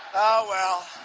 well.